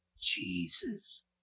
Jesus